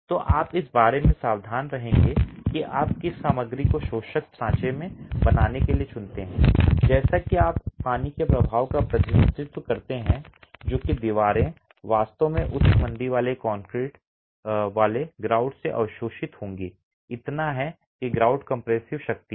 तो आप इस बारे में सावधान रहेंगे कि आप किस सामग्री को शोषक सांचे बनाने के लिए चुनते हैं जैसे कि आप पानी के प्रभाव का प्रतिनिधित्व करते हैं जो कि दीवारें वास्तव में उच्च मंदी वाले ग्राउट से अवशोषित होंगी इतना है कि grout compressive शक्ति है